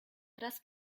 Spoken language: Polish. teraz